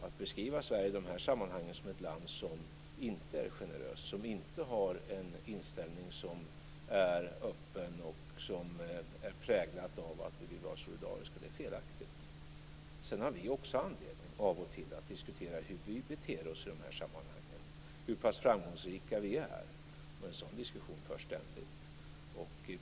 Att beskriva Sverige i dessa sammanhang som ett land som inte är generöst, som inte har en inställning som är öppen och präglad av att vi vill vara solidariska är felaktigt. Sedan har vi också anledning att av och till diskutera hur vi beter oss, hur pass framgångsrika vi är. En sådan diskussion förs ständigt.